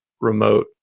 remote